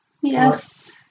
Yes